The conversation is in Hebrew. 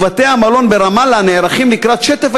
ובתי-המלון ברמאללה נערכים לקראת שטף